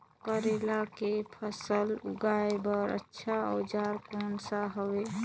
करेला के फसल उगाई बार अच्छा औजार कोन सा हवे?